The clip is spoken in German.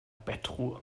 bettruhe